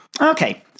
Okay